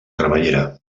cremallera